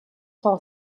son